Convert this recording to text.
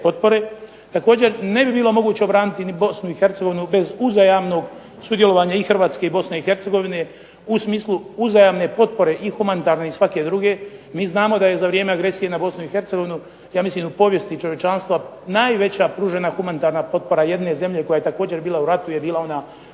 Također ne bi bilo moguće obraniti ni Bosnu i Hercegovinu bez uzajamnog sudjelovanja i Hrvatske i Bosne i Hercegovine u smislu uzajamne potpore i humanitarne i svake druge, mi znamo da je za vrijeme agresije na Bosnu i Hercegovinu ja mislim u povijesti čovječanstava najveća pružena humanitarna potpora jedne zemlje koja je također bila u ratu je bila ona